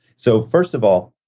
so, first of all,